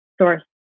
source